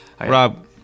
Rob